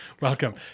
Welcome